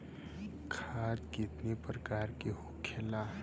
खाद कितने प्रकार के होखेला?